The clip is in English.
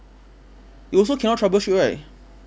you also cannot troubleshoot right